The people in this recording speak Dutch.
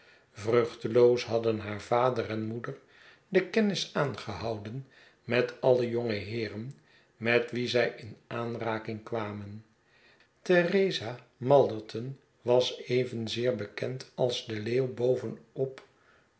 vruchteloos hadden haar vader en moeder de kennis aangehouden met alle jonge heeren met wie zij in aanraking kwamen theresa malderton was evenzeer bekend als de leeuw boven